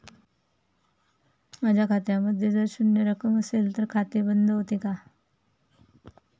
माझ्या खात्यामध्ये जर शून्य रक्कम असेल तर खाते बंद होते का?